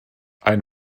ein